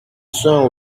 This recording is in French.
soins